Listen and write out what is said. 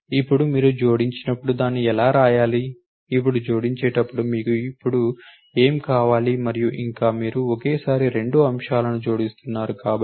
ఇప్పుడు మీరు జోడించినప్పుడు దాన్ని ఎలా వ్రాయాలి ఇప్పుడు జోడించేటప్పుడు మీకు ఇప్పుడు ఏమి కావాలి మరియు ఇంకా మీరు ఒకేసారి రెండు అంశాలను జోడిస్తున్నారు కాబట్టి